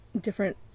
different